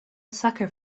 sucker